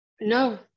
No